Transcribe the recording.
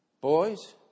boys